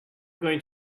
going